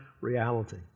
reality